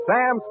Sam